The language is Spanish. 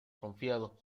confiado